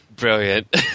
Brilliant